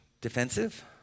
defensive